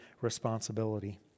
responsibility